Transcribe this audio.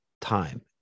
time